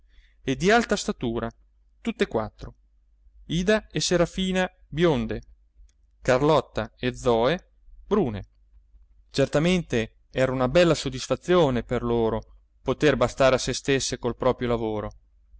e di alta statura tutt'e quattro ida e serafina bionde carlotta e zoe brune certamente era una bella soddisfazione per loro poter bastare a se stesse col proprio lavoro